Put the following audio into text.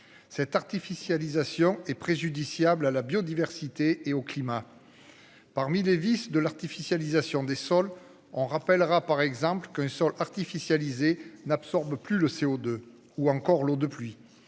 Cette artificialisation est préjudiciable à la biodiversité et au climat. Parmi les vices de l'artificialisation des sols en rappellera par exemple que sols artificialisés. N'absorbe plus le CO2 ou encore l'eau de pluie.